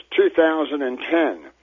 2010